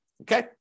okay